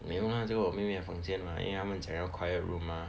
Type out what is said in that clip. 没有 lah 这个我妹妹的房间 mah 因为他们讲要 quiet room mah